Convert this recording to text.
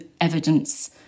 evidence